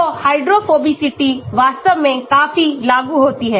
तो हाइड्रोफोबिसिटी वास्तव में काफी लागू होती है